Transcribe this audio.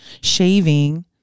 shaving